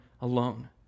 alone